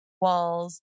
walls